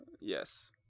Yes